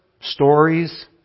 stories